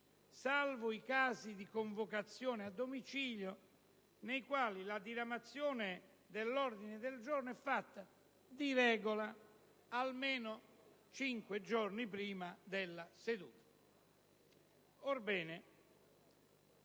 salvo i casi di convocazione a domicilio, nei quali la diramazione dell'ordine del giorno è fatta di regola almeno cinque giorni prima della seduta».